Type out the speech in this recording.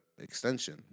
extension